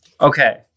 Okay